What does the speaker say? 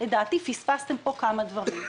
לדעתי פספסתם פה כמה דברים.